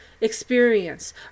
experience